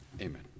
Amen